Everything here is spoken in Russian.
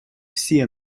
все